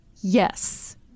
Yes